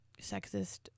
sexist